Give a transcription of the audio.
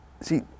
See